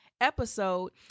episode